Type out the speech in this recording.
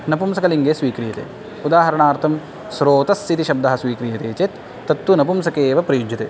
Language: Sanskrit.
नपुंसकलिङ्गे स्वीक्रियते उदाहरणार्थं स्रोतस् इति शब्दः स्वीक्रियते चेत् तत्तु नपुंसके एव प्रयुज्यते